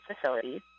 facilities